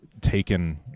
taken